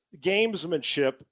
gamesmanship